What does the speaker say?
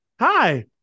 hi